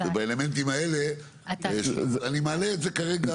ובאלמנטים האלה, אני מעלה את זה כרגע.